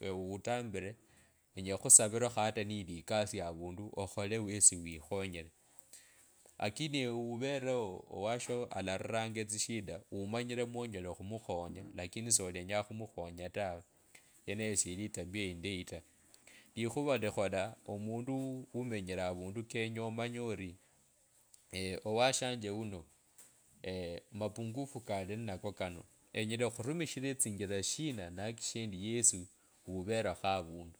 Ewe utambile enyala okhukhusavilakho hata neyili ekasi avundu okhole wesi wikhonyele akini ewe uveleo owasho arariranga etsishida umanyire mwonyele okhumukhonya lakini solenyanga khumukhonya tawe, yeneyo siyili etabiya indayi ta likhuva likhola omundu umenyire avandu kenye omanye ori owashanje wuno mapungufu kali ninako kano senyela okhurumishira etsinjila shina nakikishendi yesi, uvelekho avundu